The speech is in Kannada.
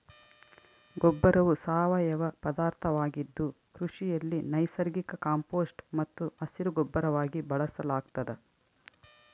ಗೊಬ್ಬರವು ಸಾವಯವ ಪದಾರ್ಥವಾಗಿದ್ದು ಕೃಷಿಯಲ್ಲಿ ನೈಸರ್ಗಿಕ ಕಾಂಪೋಸ್ಟ್ ಮತ್ತು ಹಸಿರುಗೊಬ್ಬರವಾಗಿ ಬಳಸಲಾಗ್ತದ